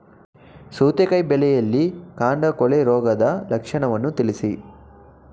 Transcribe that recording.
ಸೌತೆಕಾಯಿ ಬೆಳೆಯಲ್ಲಿ ಕಾಂಡ ಕೊಳೆ ರೋಗದ ಲಕ್ಷಣವನ್ನು ತಿಳಿಸಿ?